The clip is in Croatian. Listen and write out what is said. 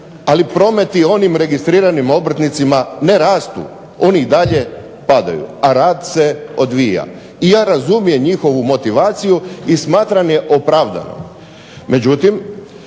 Ali prometi onim registriranim obrtnicima ne rastu, oni i dalje padaju, a rad se odvija. I ja razumijem njihovu motivaciju i smatram je opravdanom,